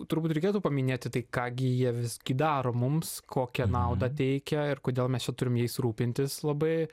turbūt reikėtų paminėti tai ką gi jie vis gi daro mums kokią naudą teikia ir kodėl mes čia turim jais rūpintis labai